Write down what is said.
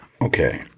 Okay